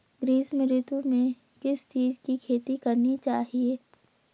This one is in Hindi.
ग्रीष्म ऋतु में किस चीज़ की खेती करनी चाहिये?